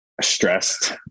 stressed